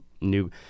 new